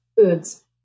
foods